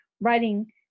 writing